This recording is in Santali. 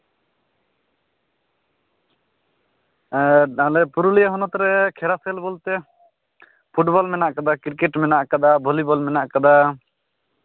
ᱛᱟᱦᱞᱮ ᱯᱩᱨᱩᱞᱤᱭᱟ ᱦᱚᱱᱚᱛ ᱨᱮ ᱠᱷᱮᱞᱟ ᱠᱷᱮᱞ ᱵᱚᱞᱛᱮ ᱯᱷᱩᱴᱵᱚᱞ ᱢᱮᱱᱟᱜ ᱠᱟᱫᱟ ᱠᱨᱤᱠᱮᱴ ᱢᱮᱱᱟᱜ ᱠᱟᱫᱟ ᱵᱷᱚᱞᱤᱵᱚᱞ ᱢᱮᱱᱟᱜ ᱠᱟᱫᱟ